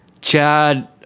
Chad